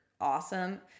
awesome